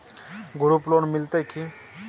Group loan मिलतै की?